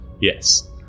Yes